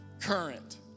current